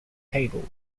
tabled